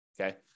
okay